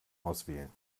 auswählen